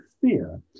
fear